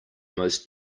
most